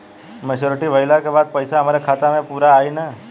Maturity भईला के बाद पईसा हमरे खाता म पूरा आई न?